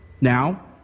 Now